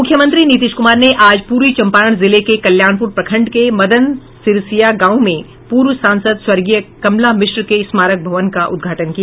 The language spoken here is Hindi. मुख्यमंत्री नीतीश कुमार ने आज पूर्वी चंपारण जिले के कल्याणपुर प्रखंड के मदन सिरसिया गांव में पूर्व सांसद स्वर्गीय कमला मिश्र के स्मारक भवन का उद्घाटन किया